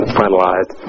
finalized